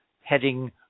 heading